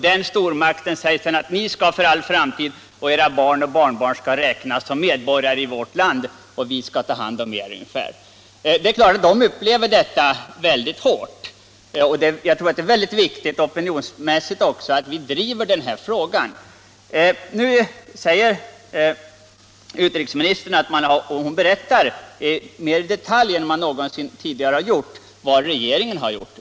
Den stormakten säger sedan ungefär så här: Ni och era barn och barnbarn skall för alltid räknas som medborgare i vårt land, och vi skall ta hand om er! Det är klart att dessa människor upplever detta tvång synnerligen hårt. Jag tror att det även opinionsmässigt är väldigt viktigt att vi fortsätter att driva frågan. Nu berättar utrikesministern — mera i detalj än vad som förekommit någonsin tidigare — vad regeringen har gjort.